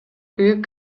күйүп